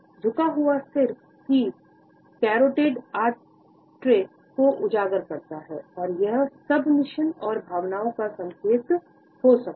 झुका हुआ सिर की कैरोटिड आर्टरी को उजागर करता है और यह सबमिशन और भावनाओं का संकेत हो सकता है